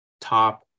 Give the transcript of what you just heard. top